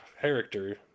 character